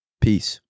Peace